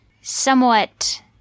somewhat